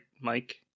Mike